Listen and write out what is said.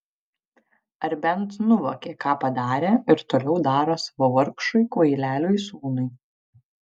ar bent nuvokė ką padarė ir toliau daro savo vargšui kvaileliui sūnui